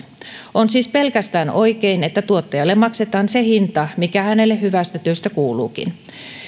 on siis pelkästään oikein että tuottajalle maksetaan se hinta mikä hänelle hyvästä työstä kuuluukin